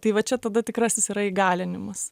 tai va čia tada tikrasis yra įgalinimas